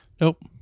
Nope